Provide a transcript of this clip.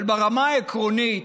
אבל ברמה העקרונית,